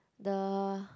the